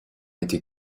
été